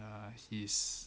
uh he's